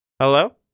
Hello